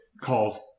calls